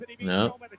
No